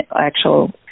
actual